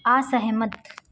असहमत